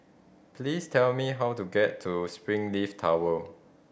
please tell me how to get to Springleaf Tower